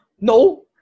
No